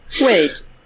Wait